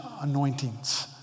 anointings